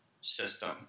system